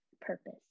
purpose